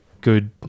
good